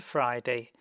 Friday